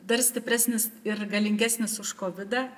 dar stipresnis ir galingesnis už kovidą